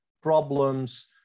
problems